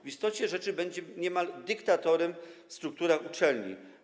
W istocie rzeczy będzie niemal dyktatorem w strukturach uczelni.